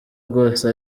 bwose